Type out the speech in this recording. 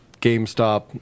GameStop